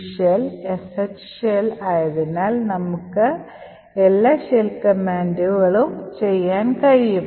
ഈ shell "sh" shell ആയതിനാൽ നമുക്ക് എല്ലാ ഷെൽ കമാൻഡുകളും ചെയ്യാൻ കഴിയും